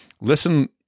listen